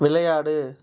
விளையாடு